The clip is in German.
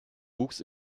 wuchs